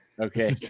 okay